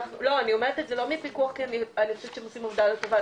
אני אומרת את זה לא מפיקוח כי אני לא חושבת שהם עושים עבודה לא טובה,